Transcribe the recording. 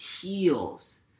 heals